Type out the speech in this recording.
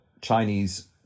Chinese